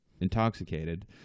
intoxicated